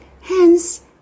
Hence